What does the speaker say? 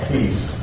Peace